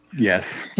yes.